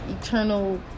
eternal